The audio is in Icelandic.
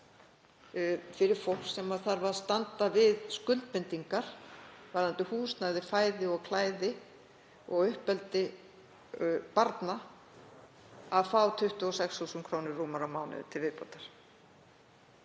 fyrir fólk, sem þarf að standa við skuldbindingar varðandi húsnæði, fæði og klæði og uppeldi barna, að fá 26.000 kr. rúmar á mánuði til viðbótar.